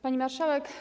Pani Marszałek!